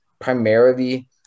primarily